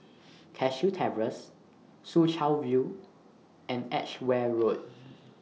Cashew Terrace Soo Chow View and Edgeware Road